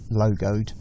logoed